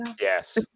Yes